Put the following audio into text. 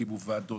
הקימו ועדות,